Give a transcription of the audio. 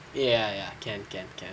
ya ya can can can